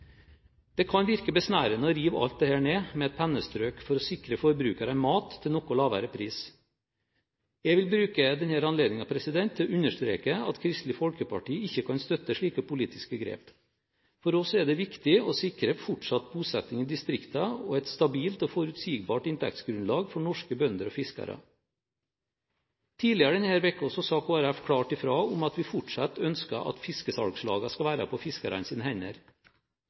Det kan virke besnærende å rive alt dette ned med et pennestrøk for å sikre forbrukerne mat til noe lavere pris. Jeg vil bruke denne anledningen til å understreke at Kristelig Folkeparti ikke kan støtte slike politiske grep. For oss er det viktig å sikre fortsatt bosetting i distriktene og et stabilt og forutsigbart inntektsgrunnlag for norske bønder og fiskere. Tidligere denne uken sa Kristelig Folkeparti klart ifra om at vi fortsatt ønsker at fiskesalgslagene skal være på fiskernes hender.